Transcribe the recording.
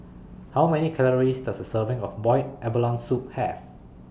How Many Calories Does A Serving of boiled abalone Soup Have